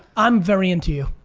i'm very into you.